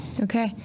Okay